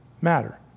matter